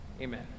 Amen